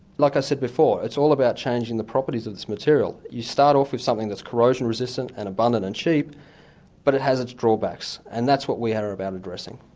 like i said before, it's all about changing the properties of this material. you start off with something that's corrosion resistant and abundant and cheap but it has its drawbacks, and that's what we and are about addressing.